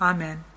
Amen